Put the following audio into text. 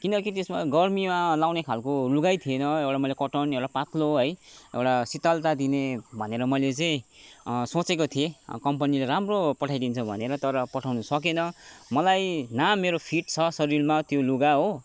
किनकि त्यसमा गर्मीमा लाउने खालको लुगै थिएन एउटा मैले कटन एउटा पातलो है एउटा शितलता दिने भनेर मैले चाहिँ सोचेको थिएँ कम्पनीले राम्रो पठाइदिन्छ भनेर तर पठाउनु सकेन मलाई न मेरो फिट छ शरीरमा त्यो लुगा हो